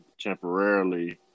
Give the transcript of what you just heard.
temporarily